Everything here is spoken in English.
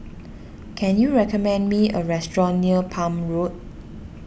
can you recommend me a restaurant near Palm Road